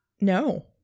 No